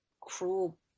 cruel